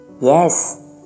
Yes